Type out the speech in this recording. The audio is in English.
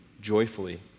joyfully